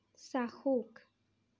চাক্ষুষ